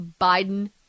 Biden